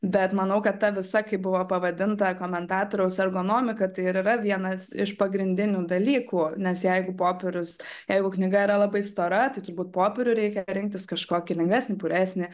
bet manau kad ta visa kaip buvo pavadinta komentatoriaus ergonomika tai ir yra vienas iš pagrindinių dalykų nes jeigu popierius jeigu knyga yra labai stora tai turbūt popierių reikia rinktis kažkokį lengvesnį puresnį